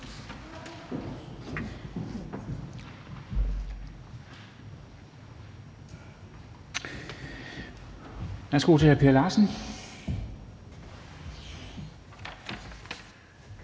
Værsgo til hr. Per Larsen.